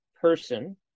person